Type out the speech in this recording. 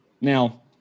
now